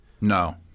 No